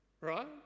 Right